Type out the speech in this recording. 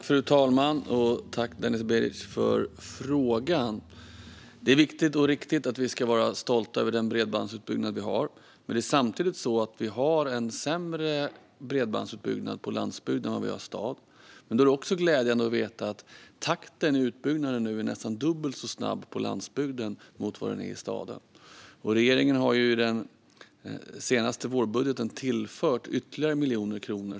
Fru talman! Tack för frågan, Denis Begic! Det är viktigt och riktigt att vi ska vara stolta över den bredbandsutbyggnad vi har. Samtidigt har vi en sämre bredbandsutbyggnad på landsbygden än i staden. Då är det dock glädjande att takten i utbyggnaden nu är nästan dubbelt så hög på landsbygden som i staden. Regeringen har i den senaste vårbudgeten tillfört ytterligare miljoner kronor.